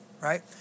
right